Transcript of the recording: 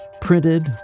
Printed